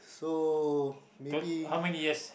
so maybe